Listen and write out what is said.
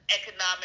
economic